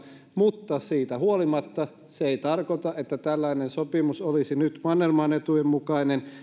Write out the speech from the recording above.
mutta siitä huolimatta se ei tarkoita että tällainen sopimus olisi nyt mannermaan etujen mukainen